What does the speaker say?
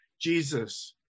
Jesus